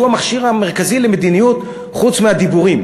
שהוא המכשיר המרכזי למדיניות חוץ מהדיבורים?